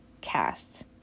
casts